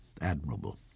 admirable